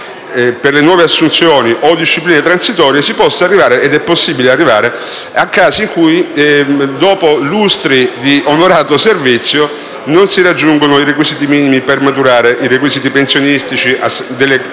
per le nuove assunzioni o discipline transitorie, si possa arrivare - com'è possibile - a casi in cui dopo lustri di onorato servizio non si raggiungano i requisiti minimi per maturare il diritto alla pensione con le casse